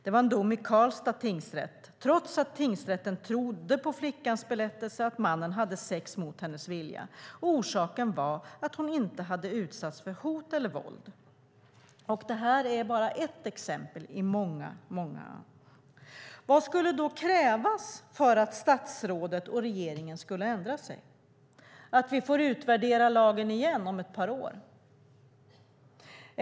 Det var en dom i Karlstad tingsrätt. Tingsrätten trodde på flickans berättelse att mannen hade sex mot hennes vilja, men orsaken var att hon inte hade utsatts för hot eller våld. Det här är bara ett exempel av många. Vad skulle då krävas för att statsrådet och regeringen skulle ändra sig, att vi får utvärdera lagen igen om ett par år?